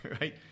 right